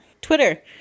Twitter